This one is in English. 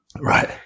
Right